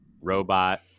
Robot